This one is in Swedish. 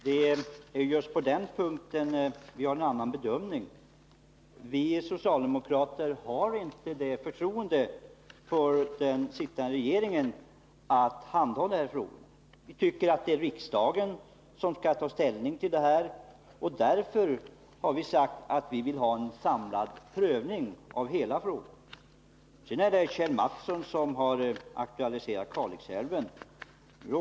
Herr talman! Det är just på denna punkt som vi gör en annan bedömning. Vi socialdemokrater ger inte den sittande regeringen förtroendet att handha dessa frågor. Vi tycker att det är riksdagen som här skall ta ställning, och vi har därför sagt att vi vill ha en samlad prövning av hela frågan. Det är Kjell Mattsson själv som har aktualiserat Kalixälven.